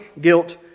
guilt